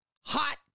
Hot